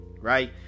right